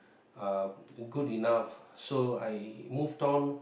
uh good enough so I moved on